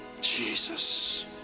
Jesus